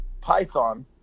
python